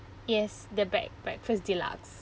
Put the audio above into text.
yes the break~ breakfast deluxe